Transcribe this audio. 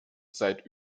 seit